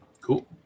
cool